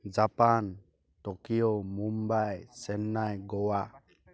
Japan Tokyo Mumbai Chennai Goa